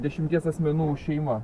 dešimties asmenų šeima